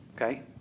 Okay